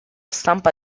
stampa